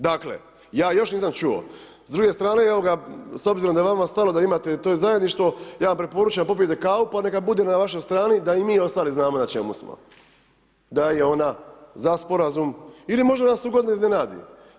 Dakle, ja još nisam čuo, s druge strane, evo ga, s obzirom da je vama stalo da imate to zajedništvo, ja vam preporučam da popijete kavu pa neka bude na vašoj strani da i mi ostali znamo na čemu smo, da je ona za sporazum, ili možda nas ugodno iznenadi.